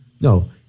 no